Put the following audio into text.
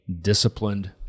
disciplined